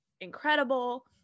incredible